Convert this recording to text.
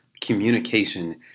communication